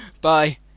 Bye